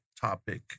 topic